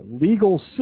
legal